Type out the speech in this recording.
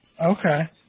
Okay